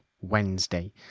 Wednesday